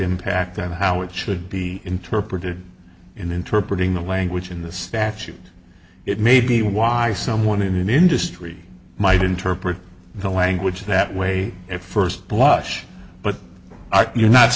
impact on how it should be interpreted in interpret in the language in the statute it may be why someone in industry might interpret the language that way at first blush but you're not